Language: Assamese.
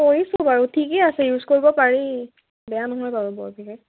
কৰিছোঁ বাৰু ঠিকেই আছে ইউজ কৰিব পাৰি বেয়া নহয় বাৰু বৰ বিশেষ